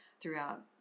throughout